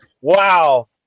wow